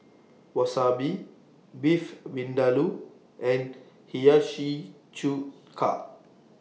Wasabi Beef Vindaloo and Hiyashi Chuka